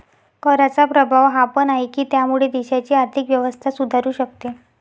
कराचा प्रभाव हा पण आहे, की त्यामुळे देशाची आर्थिक व्यवस्था सुधारू शकते